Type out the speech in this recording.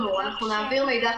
כי אנחנו נותנים פה